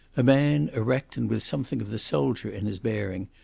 a man, erect and with something of the soldier in his bearing,